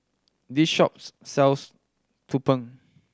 this shops sells tumpeng